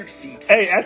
Hey